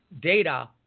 data